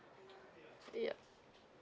yup